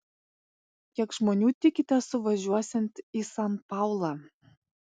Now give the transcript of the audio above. kiek žmonių tikitės suvažiuosiant į san paulą